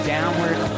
Downward